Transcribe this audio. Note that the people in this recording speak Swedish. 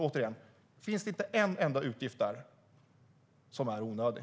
Återigen: Finns det inte en enda utgift där som är onödig?